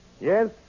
Yes